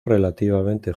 relativamente